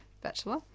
bachelor